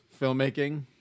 filmmaking